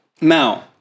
Now